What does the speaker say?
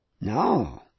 no